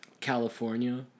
California